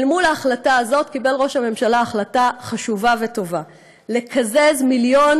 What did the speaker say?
אל מול ההחלטה הזאת קיבל ראש הממשלה החלטה חשובה וטובה: לקזז מיליון